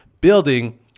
building